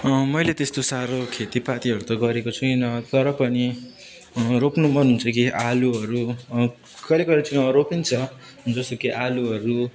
मैले त्यस्तो साह्रो खेतीपातीहरू त गरेको छुइनँ तर पनि रोप्नु मन हुन्छ कि आलुहरू कहिले कहिले चाहिँ रोपिन्छ जस्तो कि आलुहरू